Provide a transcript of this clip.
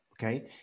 okay